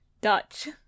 Dutch